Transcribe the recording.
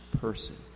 person